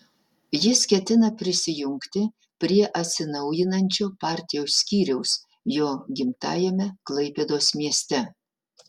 jis ketina prisijungti prie atsinaujinančio partijos skyriaus jo gimtajame klaipėdos mieste